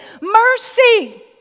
mercy